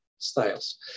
Styles